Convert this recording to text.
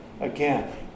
Again